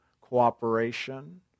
cooperation